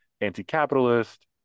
anti-capitalist